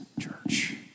church